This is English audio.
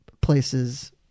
places